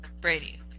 Brady